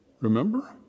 Remember